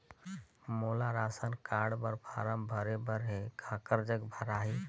मोला ration card बर form भरे बर हे काकर जग भराही?